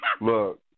Look